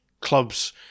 clubs